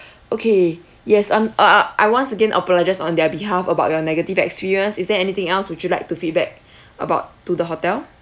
okay yes I'm uh uh I once again apologise on their behalf about your negative experience is there anything else would you like to feedback about to the hotel